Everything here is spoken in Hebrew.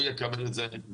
הוא יקבל את זה בזול.